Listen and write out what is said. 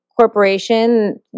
corporation